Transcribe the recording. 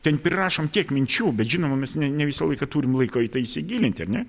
ten prirašom tiek minčių bet žinoma mes ne ne visą laiką turim laiko į tai įsigilinti ar ne